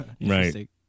right